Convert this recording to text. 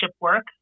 work